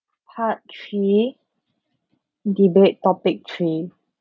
part three debate topic three